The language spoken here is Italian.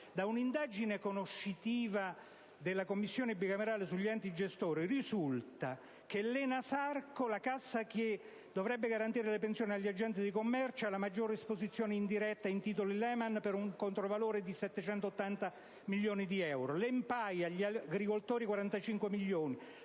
Da un'indagine conoscitiva della Commissione bicamerale sugli enti gestori, risulta che l'ENASARCO, la cassa che dovrebbe garantire la pensione agli agenti di commercio, ha la maggiore esposizione indiretta in titoli Lehman per un controvalore di 780 milioni di euro; l'ENPAIA, la cassa degli agricoltori, 45 milioni;